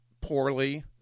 poorly